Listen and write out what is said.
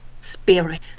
Spirit